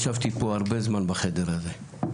ישבתי פה הרבה זמן בחדר הזה,